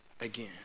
again